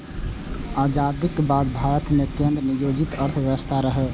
आजादीक बाद भारत मे केंद्र नियोजित अर्थव्यवस्था रहै